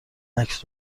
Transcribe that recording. عکس